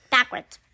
Backwards